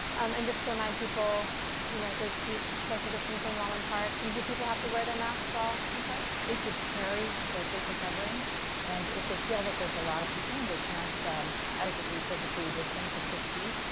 um and just to remind people you know to keep social distancing while in parks. and do people have to wear their mask while in parks? they should carry their facial covering and if they feel that there's a lot of people and they can't adequately physically distance of six feet,